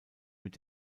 mit